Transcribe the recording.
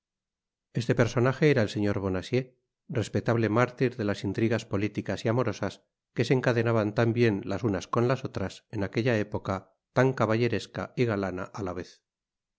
este personaje era el señor bonacieux respetable mártir de las intrigas políticas y amorosas que se encadenaban tan bien las unas con las otras en aquella época tan caballeresca y galana á la vez